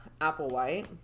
Applewhite